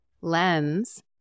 lens